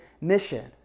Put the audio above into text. mission